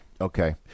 okay